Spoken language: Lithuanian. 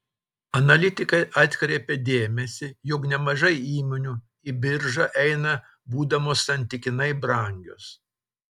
analitikai atkreipia dėmesį jog nemažai įmonių į biržą eina būdamos santykinai brangios